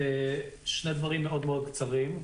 שני דברים מאוד קצרים,